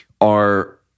are-